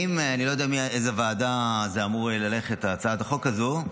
אני לא יודע לאיזו ועדה אמורה ללכת הצעת החוק הזאת,